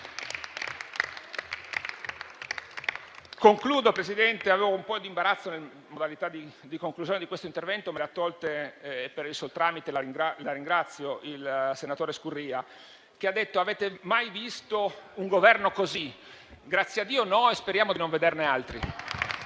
Concludo, Presidente. Avevo un qualche imbarazzo sulle modalità di conclusione di questo intervento, ma me l'ha tolto, per suo tramite - la ringrazio - il senatore Scurria, che ha chiesto se abbiamo mai visto un Governo così. Grazie a Dio no! E speriamo di non vederne